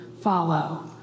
follow